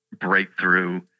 breakthrough